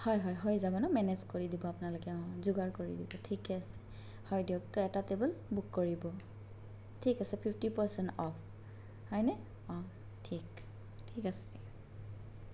হয় হয় হৈ যাব ন মেনেজ কৰি দিব আপোনালোকে যোগাৰ কৰি দিব ঠিকেই আছে হয় দিয়ক ত' এটা টেবুল বুক কৰিব ঠিক আছে ফিফটি পাৰ্চেণ্ট অফ হয়নে অঁ ঠিক ঠিক আছে